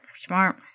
smart